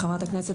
חברת הכנסת,